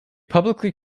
publicly